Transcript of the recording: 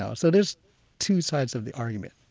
ah so, there's two sides of the argument